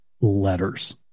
letters